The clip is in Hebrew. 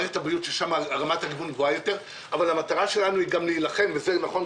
זה מאוד מאוד חשוב